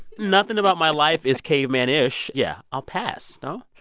nothing about my life is caveman-ish. yeah, i'll pass, no?